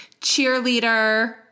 cheerleader-